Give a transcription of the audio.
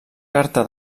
carta